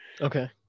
Okay